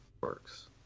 works